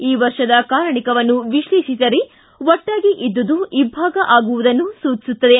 ಈ ವರ್ಷದ ಕಾರಣಿಕವನ್ನು ವಿಶ್ಲೇಷಿಸಿದರೆ ಒಟ್ಟಾಗಿ ಇದ್ದುದು ಇಬ್ಬಾಗ ಆಗುವುದನ್ನು ಸೂಚಿಸುತ್ತದೆ